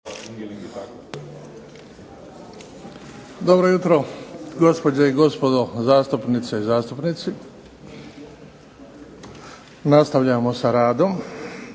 Dobro jutro gospođe i gospodo zastupnice i zastupnici. Nastavljamo sa radom